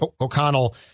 O'Connell